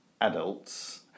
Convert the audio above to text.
adults